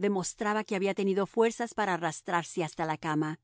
demostraba que había tenido fuerzas para arrastrarse hasta la cama